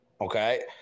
okay